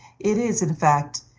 it is, in fact,